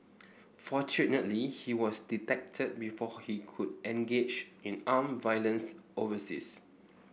fortunately he was detected before he could engage in armed violence overseas